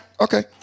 Okay